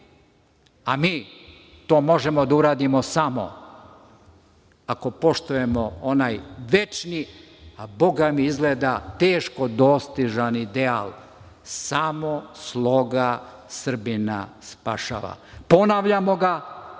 a mi to možemo da uradimo samo ako poštujemo onaj večni a bogami izgleda teško dostižan ideal - samo sloga Srbina spašava. Ponavljamo ga,